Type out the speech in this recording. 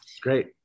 Great